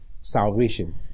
salvation